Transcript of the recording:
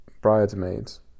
bridesmaids